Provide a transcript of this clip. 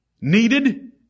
needed